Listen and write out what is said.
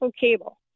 cable